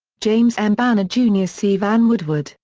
james m. banner jr. c. vann woodward,